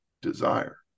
desire